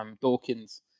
Dawkins